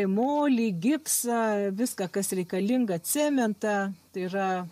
molį gipsą viską kas reikalinga cementą tai yra